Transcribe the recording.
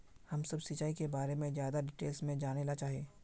हम सब सिंचाई के बारे में ज्यादा डिटेल्स में जाने ला चाहे?